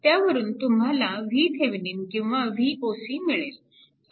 त्यावरून तुम्हाला VThevenin किंवा Voc मिळेल